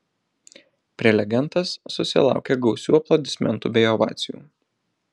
prelegentas susilaukė gausių aplodismentų bei ovacijų